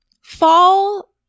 fall